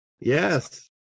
Yes